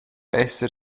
esser